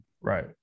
Right